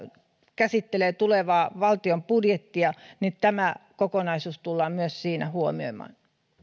käsittelee tulevaa valtion budjettia tämä kokonaisuus tullaan myös siinä huomioimaan